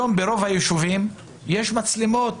ברוב היישובים יש מצלמות